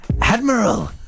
Admiral